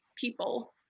people